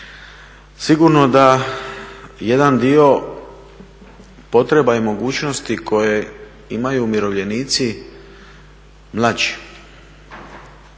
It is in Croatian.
Sigurno da jedan dio potreba i mogućnosti koje imaju umirovljenici mlađi,